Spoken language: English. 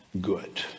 good